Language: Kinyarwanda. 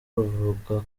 ruvuga